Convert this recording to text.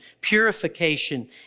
purification